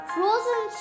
Frozen